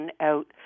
out